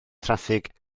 traffig